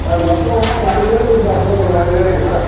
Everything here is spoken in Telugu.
సార్ మొత్తము నాలుగు వేలు అయ్యింది సార్ టోటల్ ఐదువేలు అయింది సార్